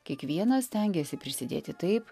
kiekvienas stengėsi prisidėti taip